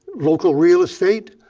local real estate.